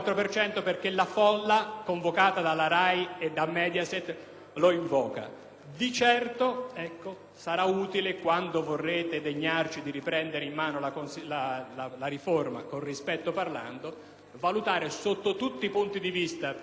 Di certo sarà utile, quando vorrete degnarci di riprendere in mano la riforma (con rispetto parlando), valutare sotto tutti i punti di vista - primo fra tutti quello della Costituzione - il rendimento di questa pessima riforma di legge elettorale.